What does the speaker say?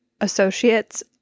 associates